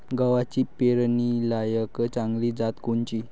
गव्हाची पेरनीलायक चांगली जात कोनची?